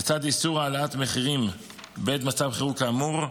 לצד איסור העלאת מחירים בעת מצב חירום כאמור,